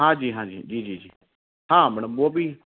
हाँ जी हाँ जी जी जी हाँ मैडम वह भी